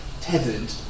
tethered